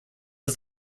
ist